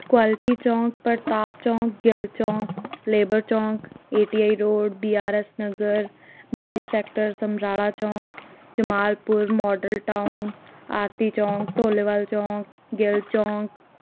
quality Chowk Pratap Chowk Gill Chowk labour Chowk A T I road B R S Nagar ਬੱਤੀ sector Samrala Chowk Jamalpur model town Aarti Chowk Dholewal Chowk Gill ਚੌਂਕ